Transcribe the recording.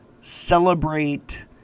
celebrate